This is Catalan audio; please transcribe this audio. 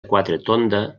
quatretonda